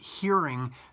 hearing